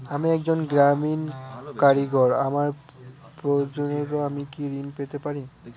আমি একজন গ্রামীণ কারিগর আমার প্রয়োজনৃ আমি কি ঋণ পেতে পারি?